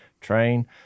train